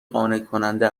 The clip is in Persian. قانعکننده